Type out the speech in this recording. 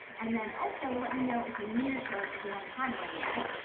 and then also let me know if you need a shirt if you haven't had one yet,